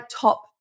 top